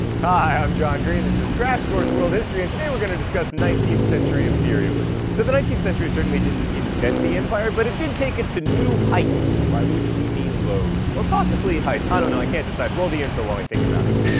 hi, i'm john green, this is crash course world history, and today we're gonna discuss nineteenth century imperialism. so the nineteenth century certainly didn't invent the empire, but it did take it to new heights, by which we mean lows, or possibly heights, i dunno, i can't decide, roll the intro while i think about it.